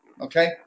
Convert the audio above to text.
okay